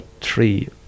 three